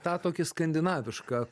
tą tokį skandinavišką